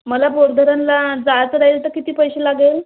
मला बोर धरणला जायचं राहील तर किती पैसे लागेल